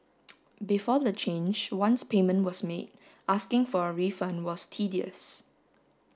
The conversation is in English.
before the change once payment was made asking for a refund was tedious